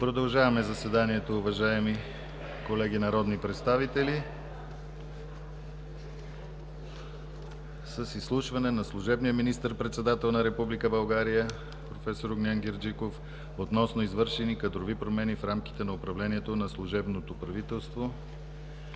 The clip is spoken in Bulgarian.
Продължаваме заседанието, уважаеми колеги народни представители, с изслушване на служебния министър-председател на Република България проф. Огнян Герджиков относно извършени кадрови промени в рамките на управлението на служебното правителство.